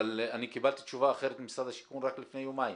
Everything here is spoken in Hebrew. אבל אני קיבלתי תשובה אחרת ממשרד השיכון רק לפני יומיים.